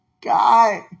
God